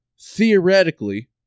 theoretically